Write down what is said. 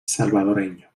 salvadoreño